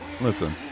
Listen